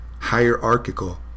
hierarchical